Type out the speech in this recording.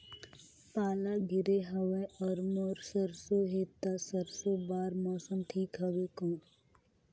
पाला गिरे हवय अउर मोर सरसो हे ता सरसो बार मौसम ठीक हवे कौन?